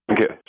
Okay